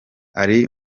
ari